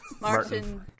Martin